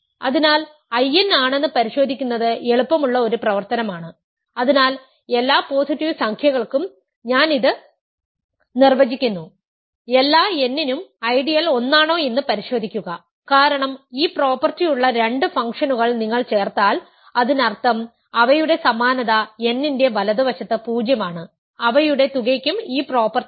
അതിനാൽ In ആണെന്ന് പരിശോധിക്കുന്നത് എളുപ്പമുള്ള ഒരു പ്രവർത്തനമാണ് അതിനാൽ എല്ലാ പോസിറ്റീവ് സംഖ്യകൾക്കും ഞാൻ ഇത് നിർവചിക്കുന്നു എല്ലാ n നും ഐഡിയൽ ഒന്നാണോയെന്ന് പരിശോധിക്കുക കാരണം ഈ പ്രോപ്പർട്ടി ഉള്ള രണ്ട് ഫംഗ്ഷനുകൾ നിങ്ങൾ ചേർത്താൽ അതിനർത്ഥം അവയുടെ സമാനത n ന്റെ വലതുവശത്ത് 0 ആണ് അവയുടെ തുകയ്ക്കും ഈ പ്രോപ്പർട്ടി ഉണ്ട്